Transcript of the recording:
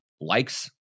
likes